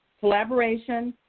collaboration,